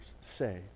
say